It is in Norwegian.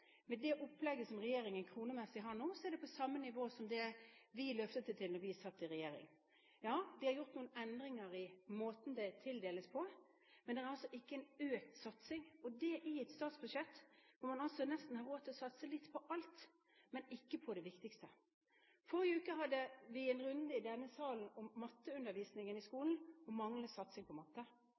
med det opplegget som regjeringen kronemessig har nå, er det på det samme nivået som det vi løftet det til da vi satt i regjering. Ja, det er gjort noen endringer i måten det tildeles på, men det er altså ikke en økt satsing – og det i et statsbudsjett hvor man har råd til å satse litt på alt, men ikke på det viktigste. I forrige uke hadde vi en runde i denne salen om matteundervisningen i skolen – og manglende satsing på matte.